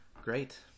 Great